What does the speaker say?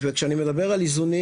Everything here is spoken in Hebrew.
כשאני מדבר על איזונים,